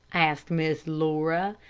asked miss laura.